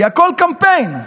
כי הכול קמפיין,